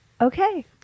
Okay